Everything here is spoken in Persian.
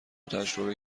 تجربه